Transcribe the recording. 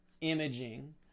imaging